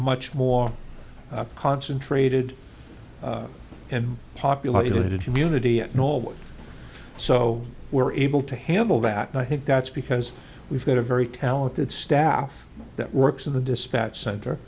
much more concentrated and populated community at normal so we're able to handle that and i think that's because we've got a very talented staff that works in the dispatch center